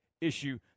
issue